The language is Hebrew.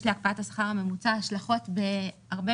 יש להקפאת השכר הממוצע השלכות בהרבה